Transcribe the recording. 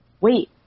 wait